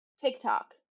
TikTok